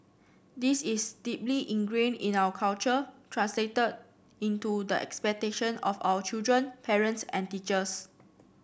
this is deeply ingrained in our culture translated into the expectation of our children parents and teachers